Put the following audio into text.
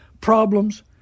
problems